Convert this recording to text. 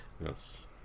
Yes